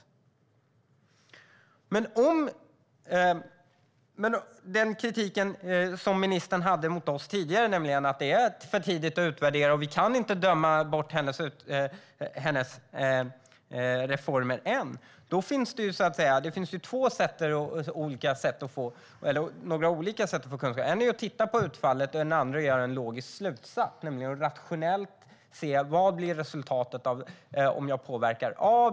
När det gäller den kritik som ministern hade mot oss tidigare om att det är för tidigt att utvärdera och vi inte kan döma ut hennes reformer än finns det några olika sätt att få kunskap. Ett är att titta på utfallet och ett annat är att göra en logisk slutsats, alltså att rationellt se på vad resultatet blir om jag påverkar A.